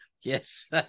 yes